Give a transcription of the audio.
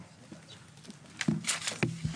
חשכ"ל.